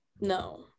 No